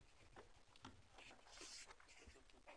הישיבה ננעלה בשעה 14:00.